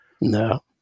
no